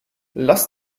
lass